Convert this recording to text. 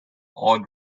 all